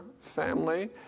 family